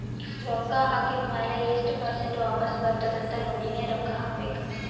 ರೊಕ್ಕಾ ಹಾಕಿದ್ ಮ್ಯಾಲ ಎಸ್ಟ್ ಪರ್ಸೆಂಟ್ ವಾಪಸ್ ಬರ್ತುದ್ ಅಂತ್ ನೋಡಿನೇ ರೊಕ್ಕಾ ಹಾಕಬೇಕ